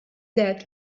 that